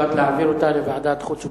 הוחלט להעביר את ההצעה לוועדת חוץ וביטחון.